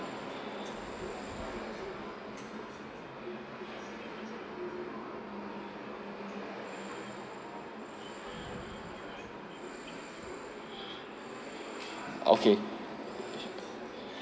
okay